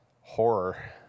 horror